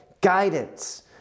guidance